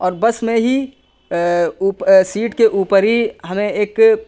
اور بس میں ہی اوپ سیٹ کے اوپر ہی ہمیں ایک